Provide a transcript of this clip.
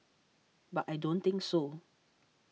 but I don't think so